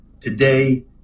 today